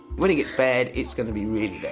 when it gets bad, it's gonna be really